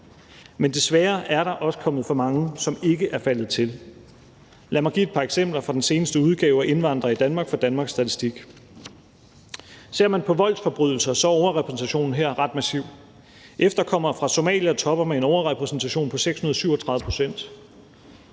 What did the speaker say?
Men desværre er der også kommet for mange, som ikke er faldet til. Lad mig give et par eksempler fra den seneste udgave af »Indvandrere i Danmark« fra Danmark statistik. Ser man på voldsforbrydelser, er overrepræsentationen her ret massiv. Efterkommere fra Somalia topper med en overrepræsentation på 637 pct.